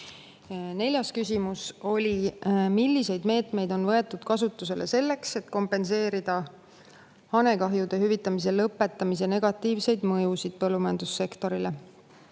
Neljas küsimus on: "Milliseid meetmeid on võetud kasutusele selleks, et kompenseerida hanekahjude hüvitamise lõpetamise negatiivseid mõjusid põllumajandussektorile?"